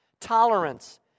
tolerance